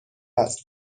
است